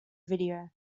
video